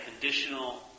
conditional